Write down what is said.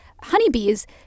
honeybees